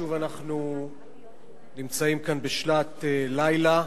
שוב אנחנו נמצאים כאן, בשעת לילה,